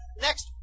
next